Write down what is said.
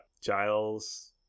Giles